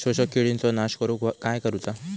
शोषक किडींचो नाश करूक काय करुचा?